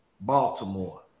Baltimore